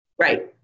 Right